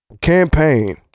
Campaign